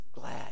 glad